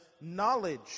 knowledge